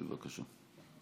בבקשה.